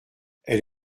elle